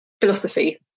philosophy